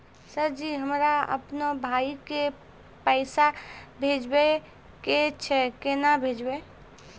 Sir ji हमरा अपनो भाई के पैसा भेजबे के छै, केना भेजबे?